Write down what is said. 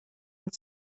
and